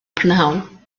prynhawn